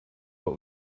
what